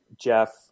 Jeff